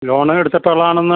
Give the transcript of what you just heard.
loan എടുത്തിട്ടുള്ളതാണോ എന്ന്